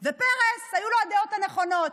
ופרס, היו לו הדעות הנכונות.